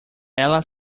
ela